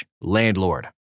landlord